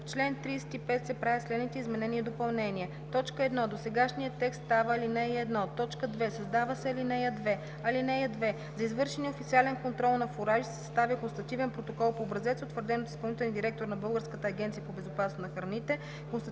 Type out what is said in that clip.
чл. 35 се правят следните изменения и допълнения: 1. Досегашният текст става ал. 1. 2. Създава се ал. 2: „(2) За извършения официален контрол на фуражи се съставя констативен протокол по образец, утвърден от изпълнителния директор на Българската агенция по безопасност на храните.